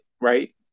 right